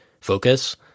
focus